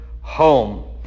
home